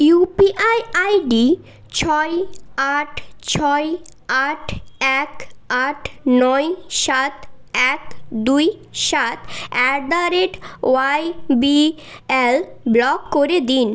you P I I D ছই আঠ ছই আঠ এক আঠ নয় সাত এক দুই সাত at the rate Y B L block করে দিন